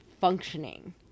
functioning